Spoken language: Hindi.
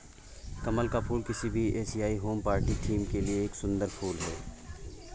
कमल का फूल किसी भी एशियाई होम पार्टी थीम के लिए एक सुंदर फुल है